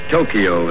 Tokyo